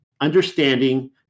understanding